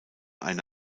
eine